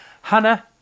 Hannah